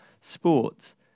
Sports